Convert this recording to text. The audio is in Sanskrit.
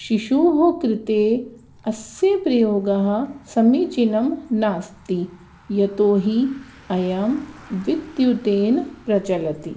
शिशोः कृते अस्य प्रयोगः समीचीनं नास्ति यतोहि अयं विद्युतेन प्रचलति